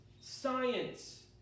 science